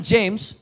James